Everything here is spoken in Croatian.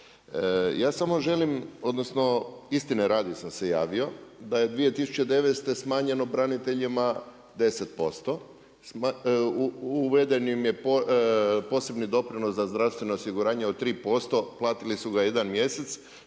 Ja samo želim, odnosno istine radi sam se javio da je 2009. smanjeno braniteljima 10%, uveden im je posebni doprinos za zdravstveno osiguranje od 3%, platili su ga jedan mjesec,